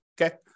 Okay